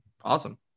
awesome